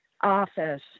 office